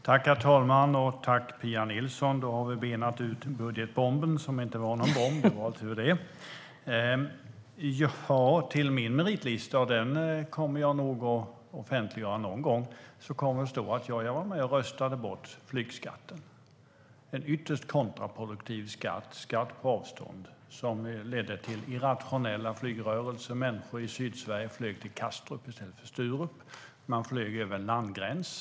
Herr talman! Då har vi benat ut frågan om budgetbomben, som inte var någon bomb. Det var tur det. I min meritlista - den kommer jag nog att offentliggöra någon gång - kommer det att stå att jag var med och röstade bort flygskatten. Det var en ytterst kontraproduktiv skatt - skatt på avstånd - som ledde till irrationella flygrörelser. Människor i Sydsverige flög till Kastrup i stället för till Sturup. Man flög över en landgräns.